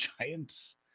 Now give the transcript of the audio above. Giants